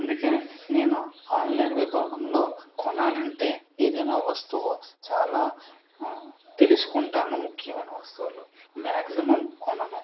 అందుకే నేను ఆన్లైన్ విభాగంలో కొనాలంటే ఏదైనా వస్తువు చాలా తెలుసుకుంటాను ముఖ్యమైన వస్తువులు మాక్సిమమ్ కొనను